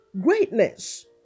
greatness